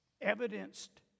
evidenced